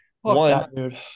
one